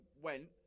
went